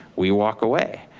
we walk away.